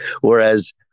whereas